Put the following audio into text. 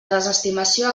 desestimació